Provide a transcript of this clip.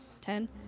Ten